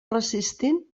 resistent